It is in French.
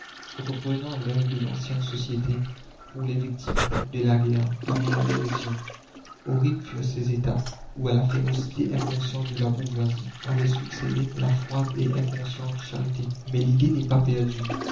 reprenant l'œuvre de l'ancienne société pour les victimes de la guerre amère dérision horribles furent ces étapes où à la férocité inconsciente de la bourgeoisie avait succédé la froide et inconsciente charité mais l'idée n'est pas perdue